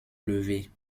lever